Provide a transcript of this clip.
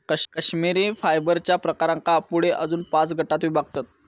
कश्मिरी फायबरच्या प्रकारांका पुढे अजून पाच गटांत विभागतत